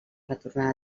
retornar